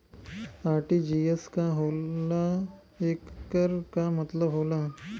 RTGS का होला एकर का मतलब होला?